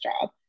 job